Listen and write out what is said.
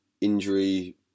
injury